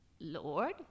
Lord